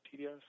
TDS